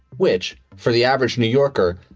which for the average new yorker,